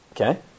okay